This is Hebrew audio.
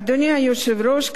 אדוני היושב-ראש,